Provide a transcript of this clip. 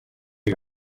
ibi